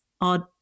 odd